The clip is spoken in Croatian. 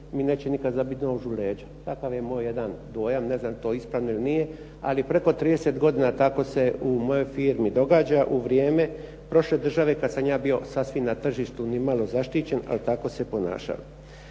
mi neće nikada zabiti nož u leđa. Takav je moj jedna dojam, ne znam je li to ispravno ili nije ali preko 30 godina tako se u mojoj firmi događa u vrijeme prošle države kada sam ja bio sasvim na tržištu nimalo zaštićen, ali tako se ponašalo.